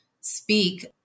speak